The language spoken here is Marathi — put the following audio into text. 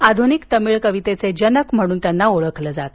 आधूनिक तमिळ कवितेचे जनक म्हणून त्यांना ओळखल जात